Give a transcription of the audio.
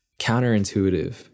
counterintuitive